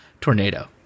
Tornado